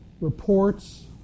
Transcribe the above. reports